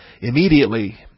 Immediately